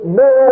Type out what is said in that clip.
no